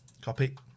Copy